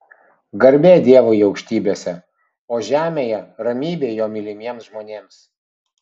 garbė dievui aukštybėse o žemėje ramybė jo mylimiems žmonėms